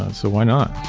so why not?